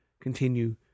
continue